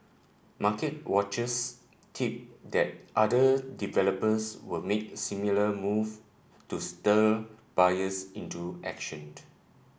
market watchers tip that other developers will make similar move to stir buyers into action